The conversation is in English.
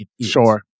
sure